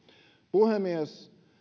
puhemies